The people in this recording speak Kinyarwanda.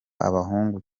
abahungu